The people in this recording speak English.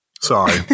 sorry